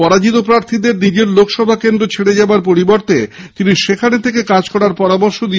পরাজিত প্রার্থীদের নিজের লোকসভা কেন্দ্র ছেড়ে যাওয়ার পরিবর্তে তিনি সেখানে থেকে কাজ করার পরামর্শ দেন